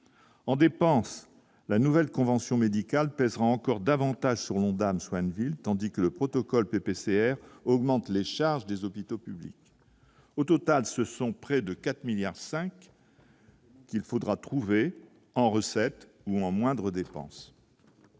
en dépenses, la nouvelle convention médicale pèsera encore davantage sur l'Ondam soins de ville, tandis que le protocole peut PCR augmente les charges des hôpitaux publics, au total ce sont près de 4 milliards 5. Il faudra trouver en recettes ou en moindres dépenses